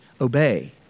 obey